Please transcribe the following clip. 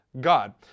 God